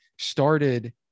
started